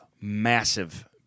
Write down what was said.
massive